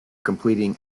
completing